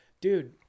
dude